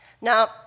Now